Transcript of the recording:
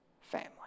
family